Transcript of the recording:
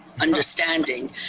understanding